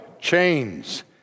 chains